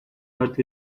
earth